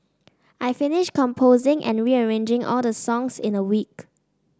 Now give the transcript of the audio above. I finished composing and rearranging all the songs in a week